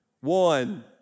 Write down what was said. One